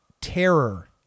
terror